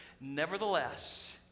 nevertheless